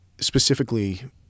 specifically